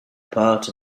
part